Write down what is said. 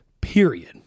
period